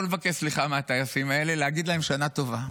לא לבקש סליחה מהטייסים האלה, להגיד להם שנה טובה.